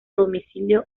domicilio